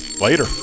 Later